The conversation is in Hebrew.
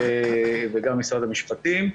וגם משרד המשפטים.